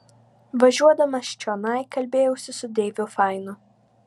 važiuodamas čionai kalbėjausi su deiviu fainu